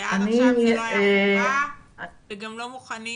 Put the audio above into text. שעד עכשיו זה לא היה חובה וגם לא מוכנים